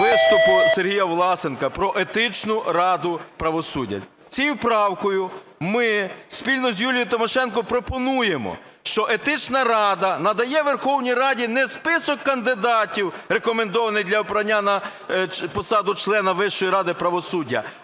виступу Сергія Власенка про Етичну раду правосуддя. Цією правкою ми спільно з Юлією Тимошенко пропонуємо, що Етична рада надає Верховній Ради не список кандидатів, рекомендованих для обрання на посаду члена Вищої ради правосуддя,